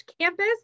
Campus